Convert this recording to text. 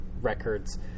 records